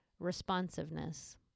responsiveness